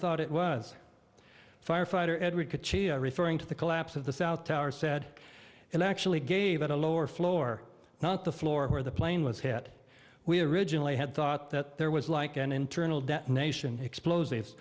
thought it was firefighter edward referring to the collapse of the south tower said and actually gave it a lower floor not the floor where the plane was hit we originally had thought that there was like an internal detonation explosives